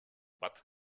bad